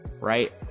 right